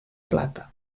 plata